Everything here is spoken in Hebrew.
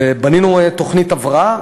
בנינו תוכנית הבראה,